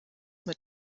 mit